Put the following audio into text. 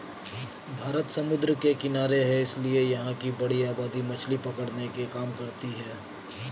भारत समुद्र के किनारे है इसीलिए यहां की बड़ी आबादी मछली पकड़ने के काम करती है